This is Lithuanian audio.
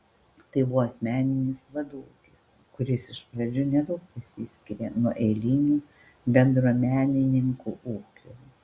tai buvo asmeninis vadų ūkis kuris iš pradžių nedaug tesiskyrė nuo eilinių bendruomenininkų ūkių